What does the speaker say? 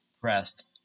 pressed